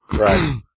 Right